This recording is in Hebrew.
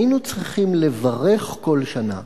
היינו צריכים לברך כל שנה,